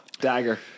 dagger